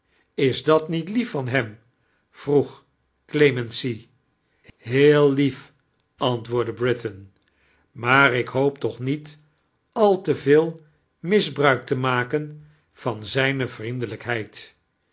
is dat niet lief van hem viroeg clemency heel lief ontwoordde britain maar ik hoop tooh niet al te veel misbruik te maken van zijne vriendelijkheid